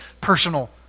personal